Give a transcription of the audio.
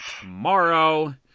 tomorrow